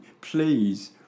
Please